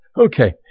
Okay